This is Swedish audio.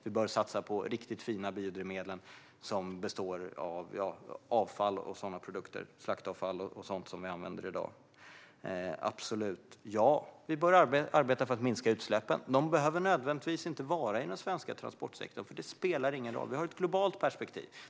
Vi bör satsa på riktigt fina biodrivmedel som består av slaktavfall och sådana produkter som vi använder i dag - absolut. Vi bör arbeta för att minska utsläppen men inte nödvändigtvis i den svenska transportsektorn. Det spelar ingen roll. Vi har ett globalt perspektiv.